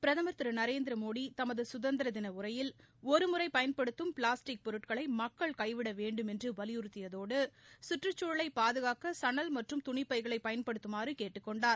பிரதம் திரு நரேந்திரமோடி தமது சுதந்திரதின உரையில் ஒருமுறை பயன்படுத்தும் பிளாஸ்டிக் பொருட்களை மக்கள் கைவிட வேண்டுமென்று வலியுறுத்தியதோடு சுற்றுச்சூழலை பாதுகாக்க சணல் மற்றும் துணி பைகளை பயன்படுத்துமாறு கேட்டுக் கொண்டார்